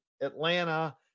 Atlanta